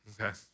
okay